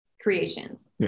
creations